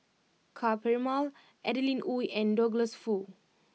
Ka Perumal Adeline Ooi and Douglas Foo